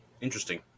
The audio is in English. Interesting